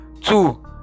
Two